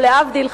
או להבדיל,